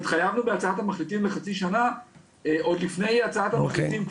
התחייבנו בהצעת המחליטים לחצי שנה עוד לפני הצעת המחליטים,